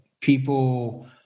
people